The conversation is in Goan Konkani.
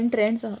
ट्रेंड्स सांग